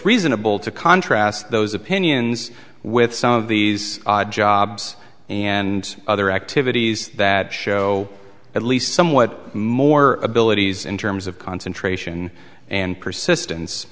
reasonable to contrast those opinions with some of these odd jobs and other activities that show at least somewhat more abilities in terms of concentration and persistence